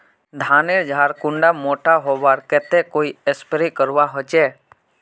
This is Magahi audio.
धानेर झार कुंडा मोटा होबार केते कोई स्प्रे करवा होचए?